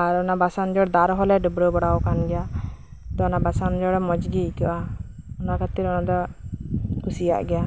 ᱟᱨ ᱢᱟᱥᱟᱝᱡᱳᱲ ᱫᱟᱜ ᱨᱮᱦᱚᱸ ᱮ ᱰᱟᱵᱽᱨᱟᱹᱣ ᱵᱟᱲᱟ ᱠᱟᱱ ᱜᱮᱭᱟ ᱚᱱᱟ ᱢᱟᱥᱟᱝᱡᱳᱲ ᱢᱚᱸᱡᱜᱮ ᱟᱹᱭᱠᱟᱹᱜᱼᱟ ᱚᱱᱟ ᱠᱷᱟᱹᱛᱤᱨ ᱚᱱᱟ ᱫᱚ ᱠᱩᱥᱤᱭᱟᱜ ᱜᱮᱭᱟ